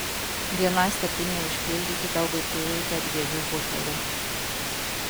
vienai statinei užpildyti belgui prireikė dviejų butelių